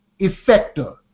effector